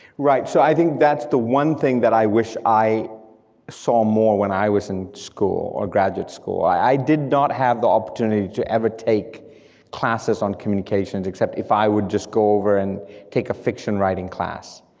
right, so i think that's the one thing that i wish that i saw more when i was in school, or graduate school. i did not have the opportunity to ever take classes on communication, except if i would just go over and take a fiction writing class.